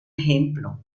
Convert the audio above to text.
ejemplo